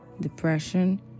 depression